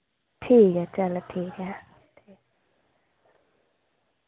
ठीक ऐ चलो ठीक ऐ